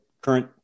current